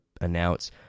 announce